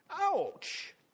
Ouch